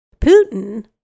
Putin